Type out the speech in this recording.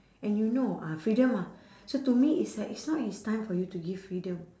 and you know ah freedom ah so to me it's like it's not his time for you to give freedom